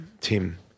Tim